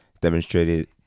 demonstrated